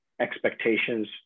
expectations